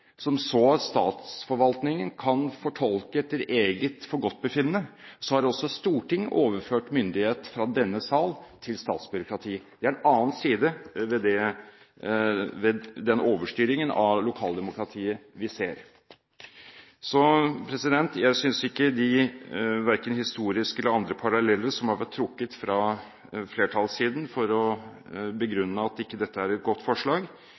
som så statsforvaltningen kan fortolke etter eget forgodtbefinnende, har også Stortinget overført myndighet fra denne sal til statsbyråkratiet. Det er en annen side ved den overstyringen av lokaldemokratiet vi ser. Så jeg synes verken de historiske eller andre paralleller som har vært trukket fra flertallssiden for å begrunne at dette ikke er et godt forslag,